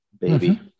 baby